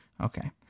Okay